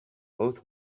both